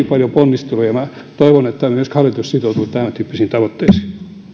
paljon ponnisteluja minä toivon että myöskin hallitus sitoutuu tämäntyyppisiin tavoitteisiin